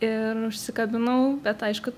ir užsikabinau bet aišku